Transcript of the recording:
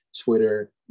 Twitter